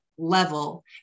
level